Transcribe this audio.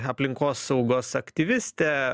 aplinkosaugos aktyvistė